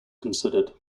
considered